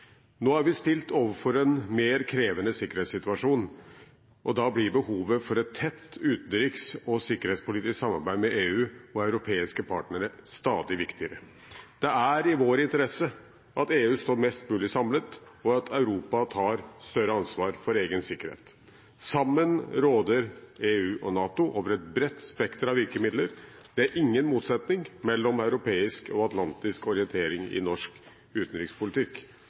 Nå er vi stilt overfor en mer krevende sikkerhetssituasjon, og da blir behovet for et tett utenriks- og sikkerhetspolitisk samarbeid med EU og europeiske partnere stadig viktigere. Det er i vår interesse at EU står mest mulig samlet, og at Europa tar større ansvar for egen sikkerhet. Sammen råder EU og NATO over et bredt spekter av virkemidler. Det er ingen motsetning mellom europeisk og atlantisk orientering i norsk utenrikspolitikk,